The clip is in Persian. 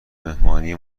مهمانی